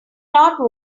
not